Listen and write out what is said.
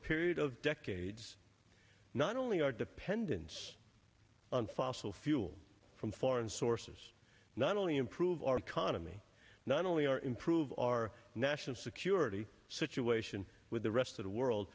period of decades not only our dependence on fossil fuel from foreign sources not only improve our economy not only our improve our national security situation with the rest of the world